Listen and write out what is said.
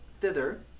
thither